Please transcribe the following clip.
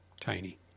tiny